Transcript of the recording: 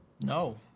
No